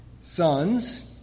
sons